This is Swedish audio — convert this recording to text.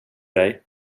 dig